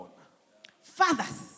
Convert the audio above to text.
Fathers